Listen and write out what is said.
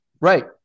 Right